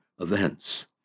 events